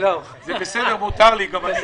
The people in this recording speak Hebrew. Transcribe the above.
זה בסדר, מותר לי, גם אני.